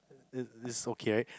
is is okay right